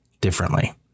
differently